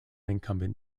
incumbent